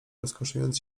rozkoszując